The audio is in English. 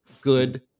good